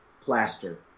plaster